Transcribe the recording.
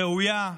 ראויה,